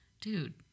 dude